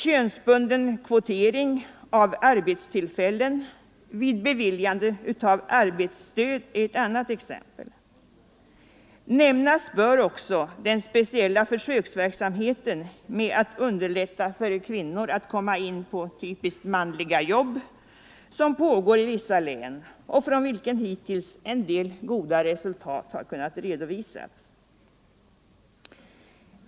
Könsbunden kvotering av arbetstillfällen vid beviljande av lokaliseringsstöd är ett annat exempel. Nämnas bör också den speciella försöksverksamheten med att underlätta för kvinnor att komma in på typiskt manliga jobb som pågår i vissa län och från vilken en del goda resultat har kunnat redovisas.